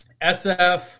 SF